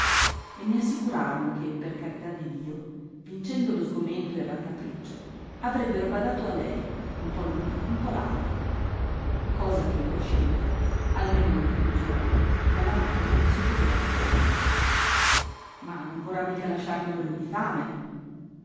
e mi assicurarono che per carità di dio vincendo lo sgomento e il raccapriccio avrebbero badato a lei un po l'una un po l'altra cosa che in coscienza almeno nei primi giorni dalla madre non si poteva pretendere ma non vorrà mica lasciarla morir di fame